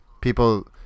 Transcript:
people